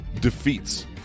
defeats